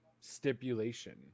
stipulation